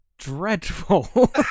dreadful